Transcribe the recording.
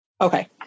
Okay